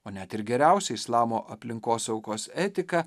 o net ir geriausia islamo aplinkosaugos etika